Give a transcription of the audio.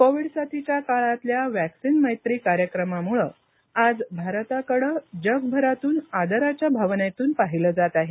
Covid साथीच्या काळातल्या vaccine मैत्री कार्यक्रमामुळे आज भारताकडे जगभरातून आदराच्या भावनेतून पाहिलं जात आहे